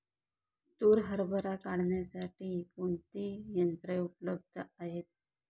तूर हरभरा काढण्यासाठी कोणती यंत्रे उपलब्ध आहेत?